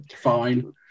fine